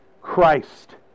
Christ